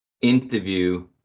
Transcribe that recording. interview